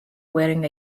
wearing